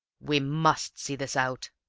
we must see this out,